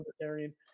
libertarian